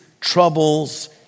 troubles